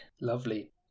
Lovely